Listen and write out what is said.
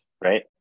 Right